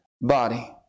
body